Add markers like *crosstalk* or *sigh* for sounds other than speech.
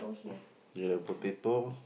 *breath* with the potato